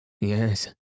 Yes